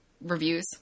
reviews